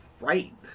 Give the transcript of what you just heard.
right